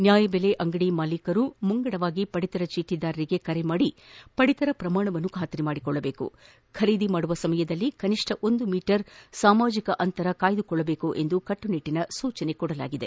ನ್ಯಾಯಬೆಲೆ ಅಂಗಡಿ ಮಾಲೀಕರು ಮುಂಗಡವಾಗಿ ಪಡಿತರ ಚೀಟಿದಾರರಿಗೆ ಕರೆ ಮಾಡಿ ಪಡಿತರ ಪ್ರಮಾಣವನ್ನು ಖಾತರಿಪಡಿಸಿಕೊಳ್ಳಬೇಕು ಖರೀದಿ ಮಾಡುವ ಸಮಯದಲ್ಲಿ ಕನಿಷ್ಠ ಒಂದು ಮೀಟರ್ ಸಾಮಾಜಿಕ ಅಂತರ ಕಾಪಾಡಿಕೊಳ್ಳಬೇಕು ಎಂದು ಕಟ್ಟುನಿಟ್ವಿನ ಸೂಚನೆ ಕೊಡಲಾಗಿದೆ